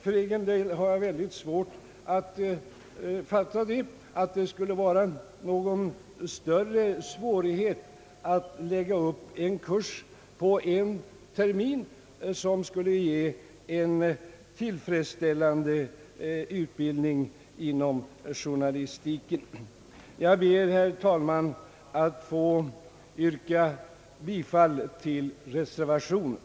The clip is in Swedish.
För egen del har jag väldigt svårt att fatta, att det skulle innebära någon större svårighet att lägga upp en kurs på en termin, som skulle ge en tillfredsställande utbildning inom journalistiken. Jag ber, herr talman, att få yrka bifall till reservationen.